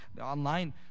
online